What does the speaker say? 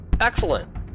excellent